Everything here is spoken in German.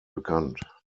bekannt